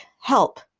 help